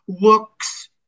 looks